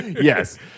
yes